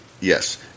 yes